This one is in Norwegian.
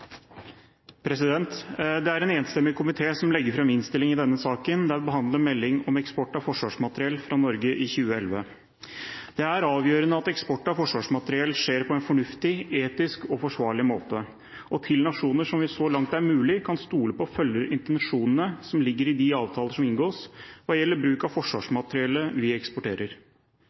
Det er en enstemmig komité som legger fram innstiling i denne saken, der vi behandler melding om eksport av forsvarsmateriell fra Norge i 2011. Det er avgjørende at eksport av forsvarsmateriell skjer på en fornuftig, etisk og forsvarlig måte og til nasjoner som vi, så langt det er mulig, kan stole på følger intensjonene som ligger i de avtaler som inngås hva gjelder bruk av forsvarsmateriellet vi eksporterer.